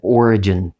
origin